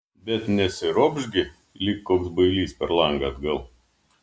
bet nesiropš gi lyg koks bailys per langą atgal